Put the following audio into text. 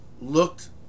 looked